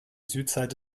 südseite